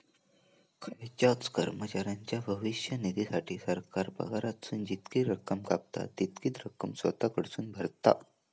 खायच्याव कर्मचाऱ्याच्या भविष्य निधीसाठी, सरकार पगारातसून जितकी रक्कम कापता, तितकीच रक्कम स्वतः कडसून भरता